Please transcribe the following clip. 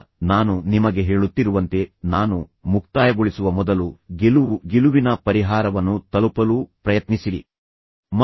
ಈಗ ನಾನು ನಿಮಗೆ ಹೇಳುತ್ತಿರುವಂತೆ ನಾನು ಮುಕ್ತಾಯಗೊಳಿಸುವ ಮೊದಲು ಗೆಲುವು ಗೆಲುವಿನ ಪರಿಹಾರವನ್ನು ತಲುಪಲು ಪ್ರಯತ್ನಿಸಿರಿ